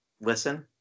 listen